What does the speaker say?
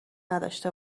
نداشته